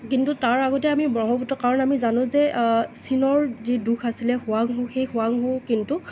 কিন্তু তাৰ আগতে আমি ব্ৰহ্মপুত্ৰ কাৰণ আমি জানো যে চীনৰ যি দোষ আছিল হোৱাংহো সেই হোৱাংহো কিন্তু